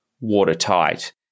watertight